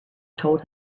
told